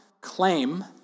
claim